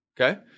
Okay